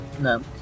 No